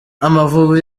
amavubi